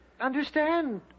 understand